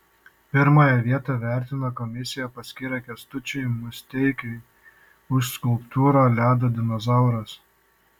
pirmąją vietą vertinimo komisija paskyrė kęstučiui musteikiui už skulptūrą ledo dinozauras